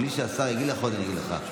בלי שהשר יגיד אני אגיד לך.